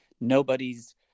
nobody's